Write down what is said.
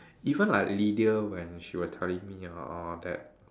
even like Lydia when she was telling me ah uh that